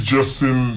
Justin